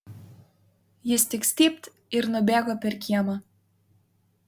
jis tik stypt ir nubėgo per kiemą